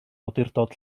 awdurdod